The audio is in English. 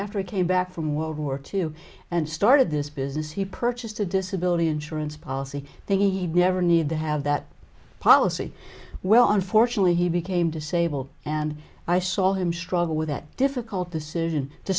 after he came back from world war two and started this business he purchased a disability insurance policy that he'd never need to have that policy well unfortunately he became disabled and i saw him struggle with that difficult decision to